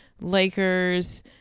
Lakers